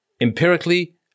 empirically